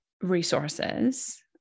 resources